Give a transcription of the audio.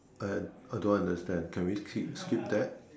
uh I don't understand can we we skip that